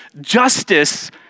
justice